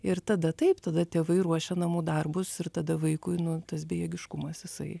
ir tada taip tada tėvai ruošia namų darbus ir tada vaikui nu tas bejėgiškumas jisai